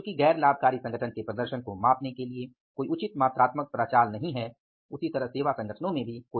इसलिए चूंकि गैर लाभकारी संगठन के प्रदर्शन को मापने के लिए कोई उचित मात्रात्मक प्रचाल नहीं है उसी तरह सेवा संगठन में भी